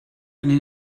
eine